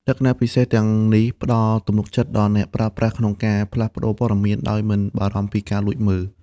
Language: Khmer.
លក្ខណៈពិសេសទាំងនេះផ្តល់ទំនុកចិត្តដល់អ្នកប្រើប្រាស់ក្នុងការផ្លាស់ប្តូរព័ត៌មានដោយមិនបារម្ភពីការលួចមើល។